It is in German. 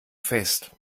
fest